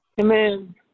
Amen